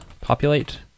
populate